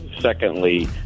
secondly